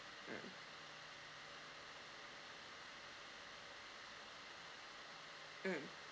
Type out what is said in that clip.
mm mm